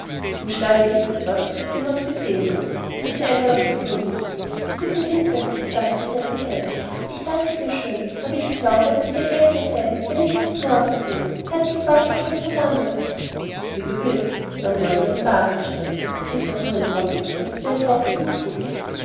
im stalle ist etwas das du dir noch besehen mußt drücke einmal auf die klingel bitte bitte sagte cedrik eifrig ich danke dir schön aber ich glaube es wird besser sein wenn ich's erst morgen sehe herzlieb wartet schon so lange wie du willst dann wollen wir den wagen bestellen es ist auch nur ein pony setzte er trocken hinzu